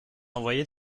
envoyés